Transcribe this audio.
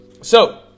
so-